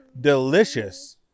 delicious